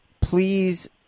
please